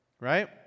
right